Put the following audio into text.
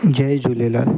Jay Jhulelal